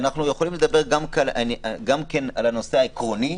אנחנו יכולים לדבר גם על הנושא העקרוני